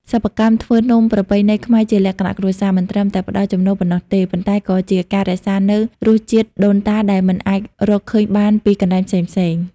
សិប្បកម្មធ្វើនំប្រពៃណីខ្មែរជាលក្ខណៈគ្រួសារ មិនត្រឹមតែផ្ដល់ចំណូលប៉ុណ្ណោះទេ ប៉ុន្តែក៏ជាការរក្សានូវរសជាតិដូនតាដែលមិនអាចរកទិញបានពីកន្លែងផ្សេង។